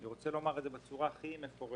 אני רוצה לומר את זה בצורה הכי מפורשת.